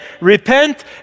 Repent